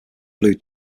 blue